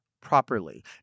properly